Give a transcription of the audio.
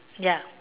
ya